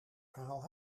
verhaal